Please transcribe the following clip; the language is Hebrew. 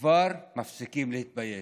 כבר מפסיקים להתבייש.